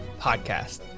podcast